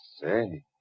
Say